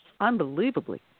unbelievably